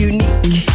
Unique